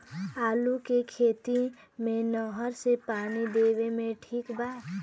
आलू के खेती मे नहर से पानी देवे मे ठीक बा?